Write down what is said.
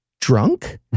drunk